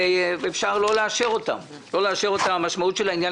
אפשר לא לאשר את ההעברות והמשמעות של העניין,